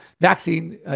vaccine